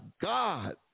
God